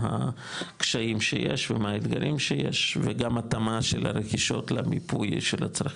הקשיים שיש ומה האתגרים שיש וגם התאמה של הרכישות למיפוי של הצרכים.